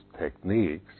techniques